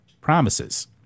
promises